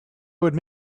would